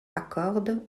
accorde